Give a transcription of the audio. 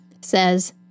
says